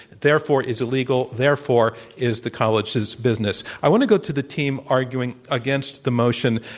therefore, is illegal, therefore, is the college's business. i want to go to the team arguing against the motion.